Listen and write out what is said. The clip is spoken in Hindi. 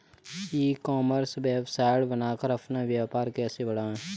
ई कॉमर्स वेबसाइट बनाकर अपना व्यापार कैसे बढ़ाएँ?